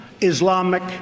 Islamic